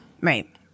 Right